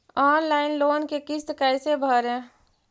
Online loan के किस्त कैसे भरे?